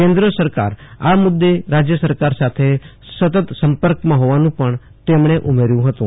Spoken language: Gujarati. કેન્દ્ર સરકાર આ મુદ્દે રાજ્ય સરકાર સાથે સતત સંપર્કમાં હોવાનું પણ તેમણે ઉમેર્યું હતું